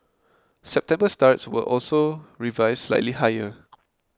September starts were also revised slightly higher